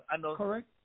Correct